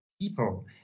people